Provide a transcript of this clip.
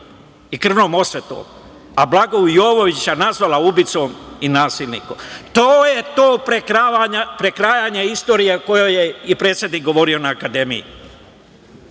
i krvnom osvetom, a Blagoja Jovovića nazvala ubicom i nasilnikom. To je to prekrajanje istorije o kojem je i predsednik govorio na Akademiji.